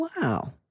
Wow